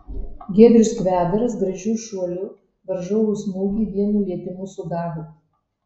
giedrius kvedaras gražiu šuoliu varžovo smūgį vienu lietimu sugavo